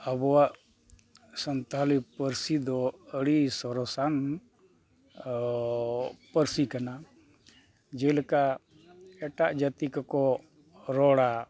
ᱟᱵᱚᱣᱟᱜ ᱥᱟᱱᱛᱟᱞᱤ ᱯᱟᱹᱨᱥᱤ ᱫᱚ ᱟᱹᱰᱤ ᱥᱚᱨᱚᱥᱟᱱ ᱯᱟᱹᱨᱥᱤ ᱠᱟᱱᱟ ᱡᱮᱞᱮᱠᱟ ᱮᱴᱟᱜ ᱡᱟᱹᱛᱤ ᱠᱚᱠᱚ ᱨᱚᱲᱟ